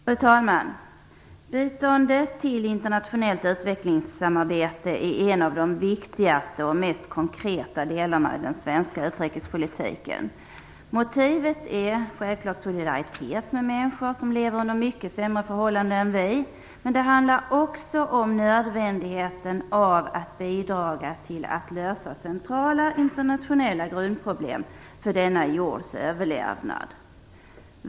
Fru talman! Biståndet till internationellt utvecklingssamarbete är en av de viktigaste och mest konkreta delarna i den svenska utrikespolitiken. Motivet är självfallet solidaritet med människor som lever under mycket sämre förhållande än vi, men det handlar också om nödvändigheten av att bidra till att lösa centrala internationella grundproblem vad gäller denna jords överlevnad.